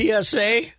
PSA